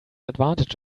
advantage